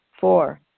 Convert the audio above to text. Four